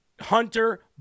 Hunter